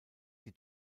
die